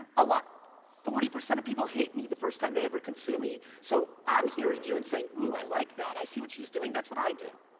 ah forty percent of people hate me the first time they ever consume me, so i'm hearing you and saying, ooh, i like that, i see what she's doing, that's what i do.